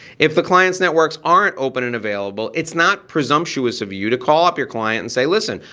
if the clients' networks aren't open and available, it's not presumptuous of you to call up your client and say, listen,